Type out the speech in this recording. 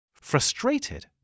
Frustrated